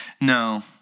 no